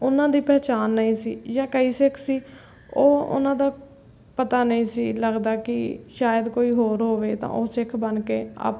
ਉਨ੍ਹਾਂ ਦੀ ਪਹਿਚਾਣ ਨਹੀਂ ਸੀ ਜਾਂ ਕਈ ਸਿੱਖ ਸੀ ਉਹ ਉਨ੍ਹਾਂ ਦਾ ਪਤਾ ਨਹੀਂ ਸੀ ਲੱਗਦਾ ਕਿ ਸ਼ਾਇਦ ਕੋਈ ਹੋਰ ਹੋਵੇ ਤਾਂ ਉਹ ਸਿੱਖ ਬਣ ਕੇ ਅਪ